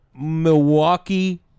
milwaukee